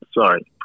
sorry